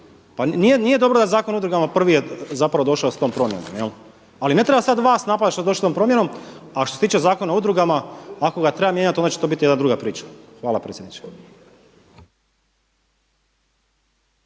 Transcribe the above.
Pa nije dobro da Zakon o udrugama prvi je zapravo došao s tom promjenom. Ali ne treba sad vas napadati što ste došli sa tom promjenom. A što se tiče Zakona o udrugama ako ga treba mijenjati, onda će to biti jedna druga priča. Hvala predsjedniče.